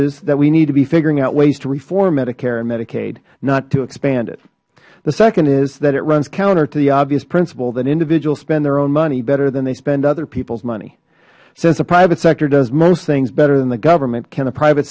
is that we need to be figuring out ways to reform medicare and medicaid not to expand it the second is that it runs counter to the obvious principle that individuals spend their own money better than they spend other peoples money since the private sector does most things better than the government can the private